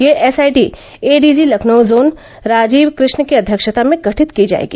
यह SIT ADG Lucknow zone Rajeev Krishna की अध्यक्षता में गठित की जाएगी